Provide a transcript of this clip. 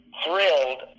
thrilled